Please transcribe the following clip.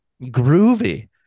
Groovy